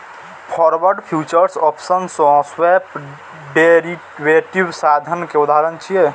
forward, futures, options आ swap derivative साधन के उदाहरण छियै